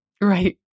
Right